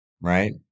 Right